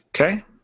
Okay